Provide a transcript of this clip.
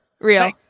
real